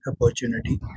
opportunity